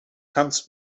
tanz